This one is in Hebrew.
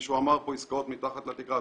מישהו אמר פה עסקאות מתחת לתקרה.